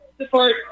support